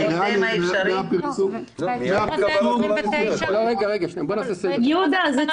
אם כותבים "מיידי" זו הגדרה